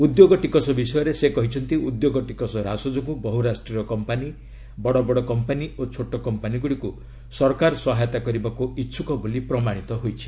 ଉଦ୍ୟୋଗ ଟିକସ ବିଷୟରେ ସେ କହିଛନ୍ତି ଉଦ୍ୟୋଗ ଟିକସ ହ୍ରାସ ଯୋଗୁଁ ବହୁରାଷ୍ଟ୍ରୀୟ କମ୍ପାନୀ ବଡବଡ କମ୍ପାନୀ ଓ ଛୋଟ କମ୍ପାନୀଗୁଡ଼ିକୁ ସରକାର ସହାୟତା କରିବାକୁ ଇଚ୍ଛକ ବୋଲି ପ୍ରମାଣିତ ହୋଇଛି